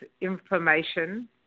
information